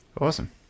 Awesome